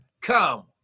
come